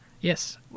Yes